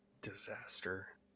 disaster